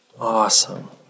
Awesome